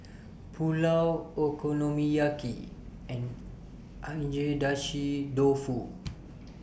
Pulao Okonomiyaki and Agedashi Dofu